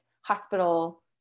hospital